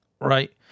Right